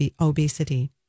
obesity